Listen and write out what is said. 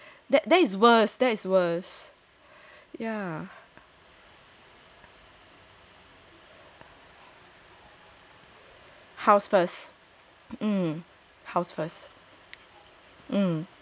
that that is worse that is worse yeah house first